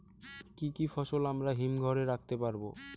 কি কি ফসল আমরা হিমঘর এ রাখতে পারব?